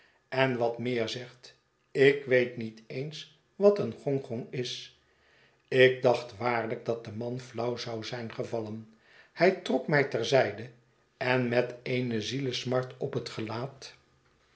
en wat meer zegt ik weet niet eens wat een gong gong is ik da'chit waarlijk dat de man flauw zou zijn gevallen hijtrok mij ter zijde en met eene zielesmart op het gelaat